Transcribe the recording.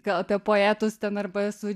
gal apie poetus ten arba su